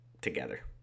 together